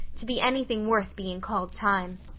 to be anything worth being called time.